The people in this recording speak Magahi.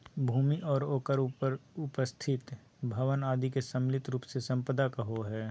भूमि आर ओकर उपर स्थित भवन आदि के सम्मिलित रूप से सम्पदा कहो हइ